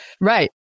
Right